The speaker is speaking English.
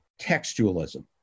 textualism